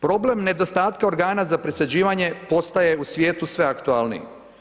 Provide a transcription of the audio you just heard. Problem nedostatka organa za presađivanje postaje u svijetu sve aktualniji.